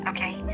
Okay